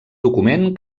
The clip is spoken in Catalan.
document